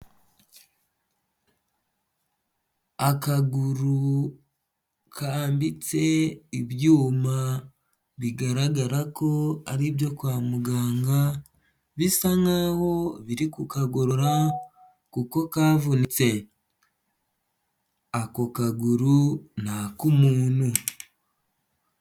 Akaguru kambitse ibyuma, bigaragara ko ari ibyo kwa muganga, bisa nk'aho biri kukagorora kuko kavunitse. Ako kaguru ni ak'umuntu.